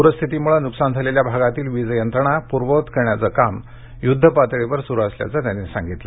पूरपरिस्थितीमुळे नुकसान झालेल्या भागातील वीजयंत्रणा पूर्ववत करण्याचं काम युद्धपातळीवर सुरू असल्याचं त्यांनी सांगितलं